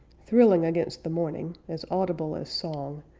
thrilling against the morning, as audible as song,